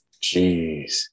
Jeez